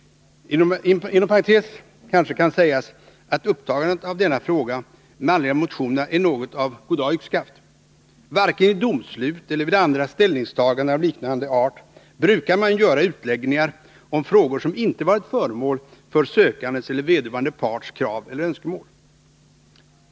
Inom parentes kan kanske sägas att upptagandet av denna fråga med anledning av motionerna är något av goddag-yxskaft. Varken i domslut eller vid andra ställningstaganden av liknande art brukar man ju göra utläggningar 118 om frågor som inte varit föremål för sökandens eller vederbörande parts krav eller önskemål.